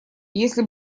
если